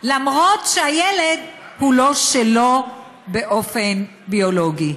אפילו שהילד הוא לא שלו באופן ביולוגי.